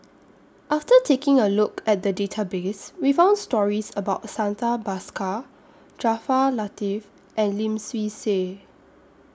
after taking A Look At The Database We found stories about Santha Bhaskar Jaafar Latiff and Lim Swee Say